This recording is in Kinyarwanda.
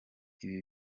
ibi